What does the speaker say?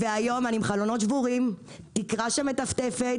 היום אני עם חלונות שבורים, תקרה מטפטפת.